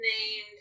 named